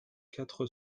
quatre